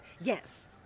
Yes